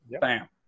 Bam